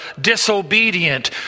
disobedient